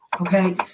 Okay